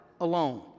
alone